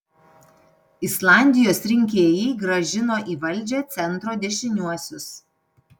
islandijos rinkėjai grąžino į valdžią centro dešiniuosius